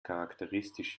charakteristisch